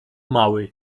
mały